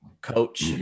coach